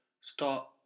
start